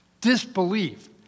disbelief